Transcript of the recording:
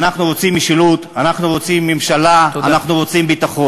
אנחנו רוצים משילות, אנחנו רוצים ממשלה, תודה.